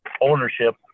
ownership